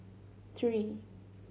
three